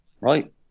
right